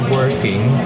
working